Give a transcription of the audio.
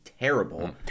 terrible